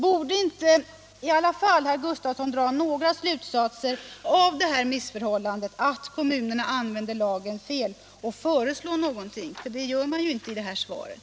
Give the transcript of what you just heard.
Borde inte i alla fall herr Gustavsson dra några slutsatser av detta missförhållande — att kommunerna använder lagen fel — och föreslår någonting? Det gör man ju inte i det här svaret.